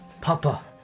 Papa